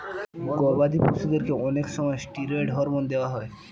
গবাদি পশুদেরকে অনেক সময় ষ্টিরয়েড হরমোন দেওয়া হয়